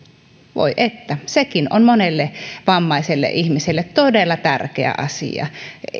voi että sekin on monelle vammaiselle ihmiselle todella tärkeä asia